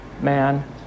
man